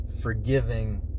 Forgiving